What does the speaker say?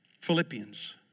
Philippians